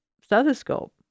stethoscope